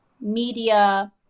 media